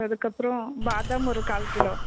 அதுக்கப்புறோம் பாதாம் ஒரு கால் கிலோ